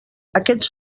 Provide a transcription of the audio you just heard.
aquests